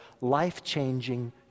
life-changing